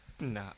Nah